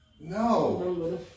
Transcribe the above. no